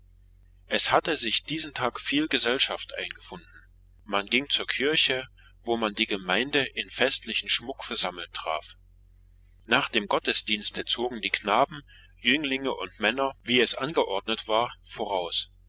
es hatte sich diesen tag viel gesellschaft eingefunden man ging zur kirche wo man die gemeinde im festlichen schmuck versammelt antraf nach dem gottesdienste zogen die knaben jünglinge und männer wie es angeordnet war voraus